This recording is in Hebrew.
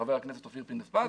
חבר הכנסת אופיר פינס פז,